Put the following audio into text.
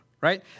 right